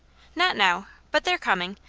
not now. but they're coming.